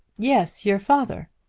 yes your father.